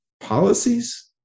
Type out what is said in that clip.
Policies